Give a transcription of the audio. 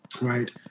right